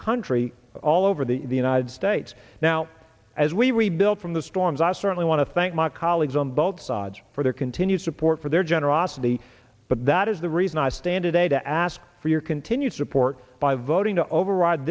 country all over the united states now as we rebuild from the storms i certainly want to thank my colleagues on both sides for their continued support for their generosity but that is the reason i stand today to ask for your continued support by voting to override